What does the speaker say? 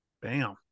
Bam